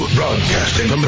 broadcasting